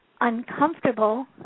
uncomfortable